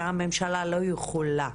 שהממשלה לא יכולה